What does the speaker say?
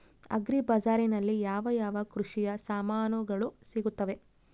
Agri ಬಜಾರಿನಲ್ಲಿ ಯಾವ ಯಾವ ಕೃಷಿಯ ಸಾಮಾನುಗಳು ಸಿಗುತ್ತವೆ?